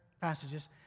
passages